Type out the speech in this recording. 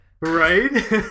right